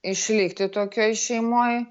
išlikti tokioj šeimoj